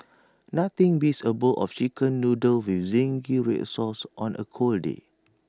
nothing beats A bowl of Chicken Noodles with Zingy Red Sauce on A cold day